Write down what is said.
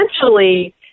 essentially